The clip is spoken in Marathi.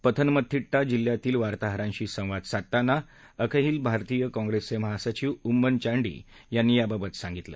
पथनमथिट्टा जिल्ह्यातील वार्ताहारांशी संवाद साधताना अखइल भारतीय काँग्रेसचे महासचिव उम्मन चांडी यांनी याबाबत सांगितलं